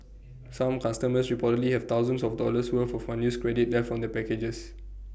some customers reportedly have thousands of dollars worth of unused credit left on their packages